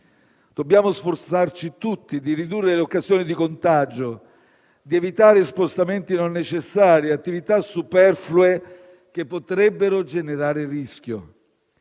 Dobbiamo sforzarci tutti di ridurre le occasioni di contagio e di evitare spostamenti non necessari e attività superflue che potrebbero generare rischio.